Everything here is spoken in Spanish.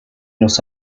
los